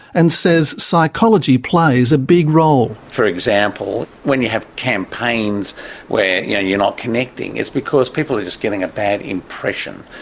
and says psychology plays a big role. for example, when you have campaigns where yeah you're not connecting, it's because people are just getting a bad impression.